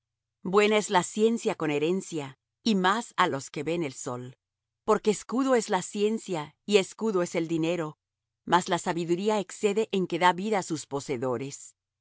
buena es la ciencia con herencia y más á los que ven el sol porque escudo es la ciencia y escudo es el dinero mas la sabiduría excede en que da vida á sus poseedores